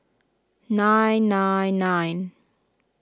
nine nine nine